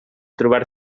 trobar